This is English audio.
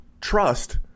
trust